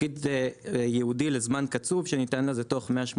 תפקיד ייעודי לזמן קצוב שניתן לה זה תוך 180